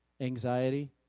Anxiety